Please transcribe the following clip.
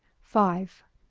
five.